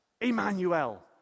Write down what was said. Emmanuel